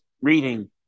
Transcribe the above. reading